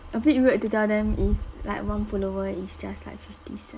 a bit weird to tell them if like one follower is just like fifty cent